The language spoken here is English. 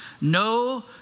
no